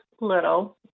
little